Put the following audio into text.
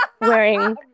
wearing